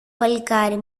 παλικάρι